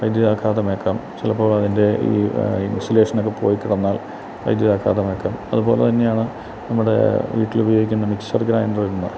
വൈദ്യുത ആഘാതമേക്കാം ചിലപ്പോൾ അതിൻ്റെ ഈ ഇൻസുലേഷനൊക്കെ പോയിക്കിടന്നാൽ വൈദ്യുതാഘാതം ഏൽക്കാം അതുപോലെ തന്നെയാണ് നമ്മുടെ വീട്ടിൽ ഉപയോഗിക്കുന്ന മിക്സർ ഗ്രൈൻഡറിൽ നിന്ന്